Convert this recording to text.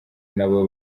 n’abo